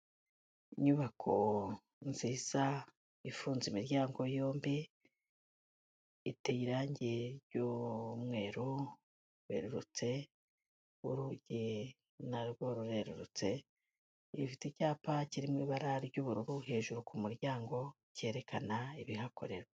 Inyubako nziza ifunze imiryango yombi iteye irangi ry'umweru werurutse, urugi na rwo rurerurutse. Ifite icyapa kiri mu ibara ry'ubururu hejuru ku muryango cyerekana ibihakorerwa.